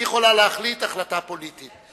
היא יכולה להחליט החלטה פוליטית.